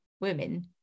women